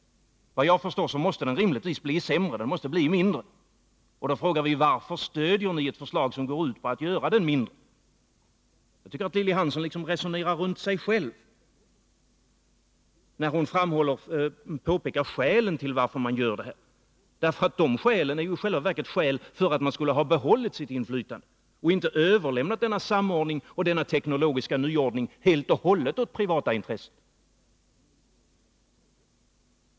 Såvitt jag förstår måste den rimligtvis bli sämre. Då frågar vi: Varför stödjer ni ett förslag som går ut på att göra samhällets inflytande mindre? Jag tycker att Lilly Hansson liksom resonerar runt sig själv när hon anger skälen till att man gör detta. De skälen är ju i själva verket skäl för att samhället skulle behålla sitt inflytande och inte överlämna denna samordning och denna teknologiska nyordning helt och hållet åt privata intressen.